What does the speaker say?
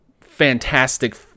fantastic